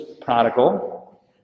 prodigal